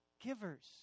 Givers